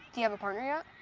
do you have a partner yet?